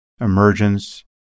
emergence